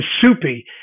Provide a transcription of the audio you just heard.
Soupy